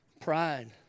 pride